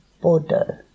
Bordeaux